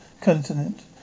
continent